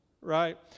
right